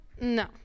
no